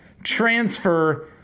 Transfer